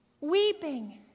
weeping